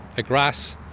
a grass,